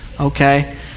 okay